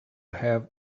have